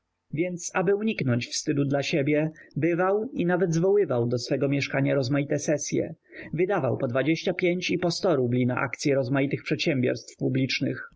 więc aby uniknąć wstydu dla siebie bywał i nawet zwoływał do swego mieszkania rozmaite sesye wydawał po i po rubli na akcye rozmaitych przedsiębierstw publicznych